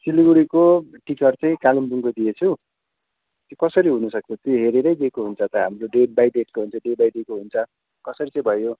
सिलगढीको टिकट चाहिँ कालिम्पोङको दिएछु कसरी हुनसक्छ त्यो हेरेरै दिएको हुन्छ त हामीले डेट बाई डेटको हुन्छ डे बाई डेको हुन्छ कसरी त्यो भयो